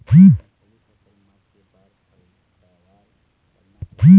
मूंगफली फसल म के बार पलटवार करना हे?